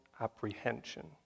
apprehension